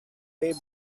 way